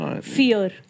Fear